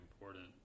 important